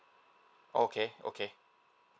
okay okay